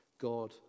God